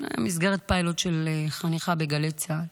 במסגרת פיילוט של חניכה בגלי צה"ל.